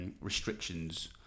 restrictions